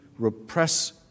Repress